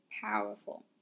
powerful